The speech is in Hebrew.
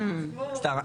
סתם,